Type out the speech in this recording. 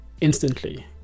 instantly